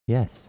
Yes